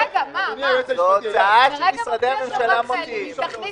אבל זו הוצאה שמשרדי הממשלה מוציאים.